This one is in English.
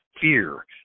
fear